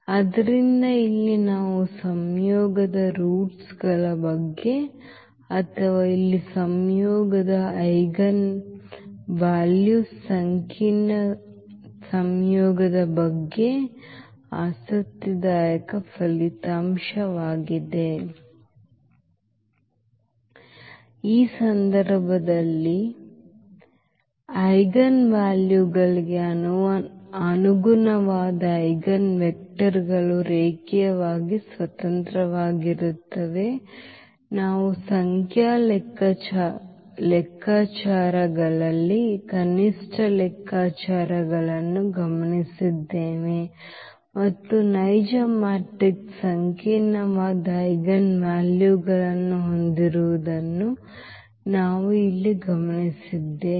ಆದ್ದರಿಂದ ಇಲ್ಲಿ ನಾವು ಸಂಯೋಗದ ರೂಟ್ ಗಳ ಬಗ್ಗೆ ಅಥವಾ ಇಲ್ಲಿ ಸಂಯೋಗದ ಐಜೆನ್ವಾಲ್ಯೂಸ್ ಸಂಕೀರ್ಣ ಸಂಯೋಗದ ಬಗ್ಗೆ ಆಸಕ್ತಿದಾಯಕ ಫಲಿತಾಂಶವಾಗಿದೆ ಈ ಸಂದರ್ಭದಲ್ಲಿ ವಿಭಿನ್ನ ಐಜೆನ್ವೇಲ್ಯುಗಳಿಗೆ ಅನುಗುಣವಾದ ಐಜೆನ್ವೆಕ್ಟರ್ಗಳು ರೇಖೀಯವಾಗಿ ಸ್ವತಂತ್ರವಾಗಿರುತ್ತವೆ ನಾವು ಸಂಖ್ಯಾ ಲೆಕ್ಕಾಚಾರಗಳಲ್ಲಿ ಕನಿಷ್ಠ ಲೆಕ್ಕಾಚಾರಗಳನ್ನು ಗಮನಿಸಿದ್ದೇವೆ ಮತ್ತು ನೈಜ ಮ್ಯಾಟ್ರಿಕ್ಸ್ ಸಂಕೀರ್ಣವಾದ ಐಜೆನ್ವಾಲ್ಯುಗಳನ್ನು ಹೊಂದಿರುವುದನ್ನು ನಾವು ಇಲ್ಲಿ ಗಮನಿಸಿದ್ದೇವೆ